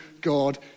God